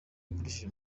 akoresheje